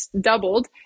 doubled